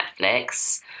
Netflix